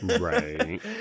right